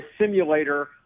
simulator